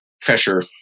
pressure